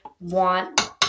want